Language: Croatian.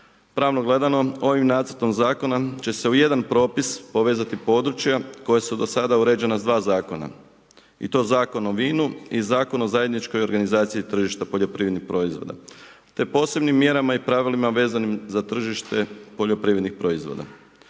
Pravno gledamo ovim nacrtom zakona će se u jedan propis povezati područja koja su do sada uređena s dva zakona. I to Zakonom o vinu i Zakon o zajedničkoj organizaciji tržišta poljoprivrednih proizvoda te posebnim mjerama i pravilima vezanim za tržište poljoprivrednih proizvoda.